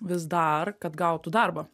vis dar kad gautų darbą